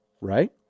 right